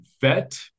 vet